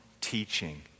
teaching